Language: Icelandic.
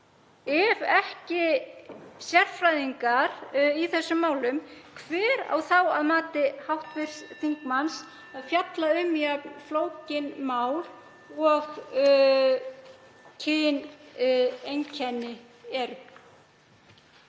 Ef ekki sérfræðingar í þessum málum, hverjir eiga þá að mati hv. þingmanns að fjalla um jafn flókið mál og kyneinkenni eru?